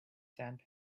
sand